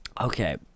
Okay